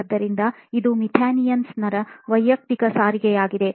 ಆದ್ದರಿಂದ ಇದು ಮೆಥಾನಿಯನ್ ನರ ವೈಯಕ್ತಿಕ ಸಾರಿಗೆಯಾಗಿದೆ